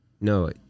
No